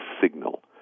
signal